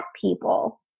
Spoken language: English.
people